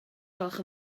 gwelwch